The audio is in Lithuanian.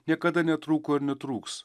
niekada netrūko ir netrūks